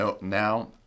Now